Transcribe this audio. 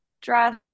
dress